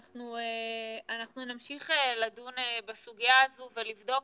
אנחנו נמשיך לדון בסוגיה הזו ולבדוק,